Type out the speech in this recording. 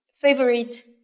favorite